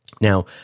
Now